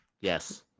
Yes